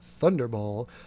thunderball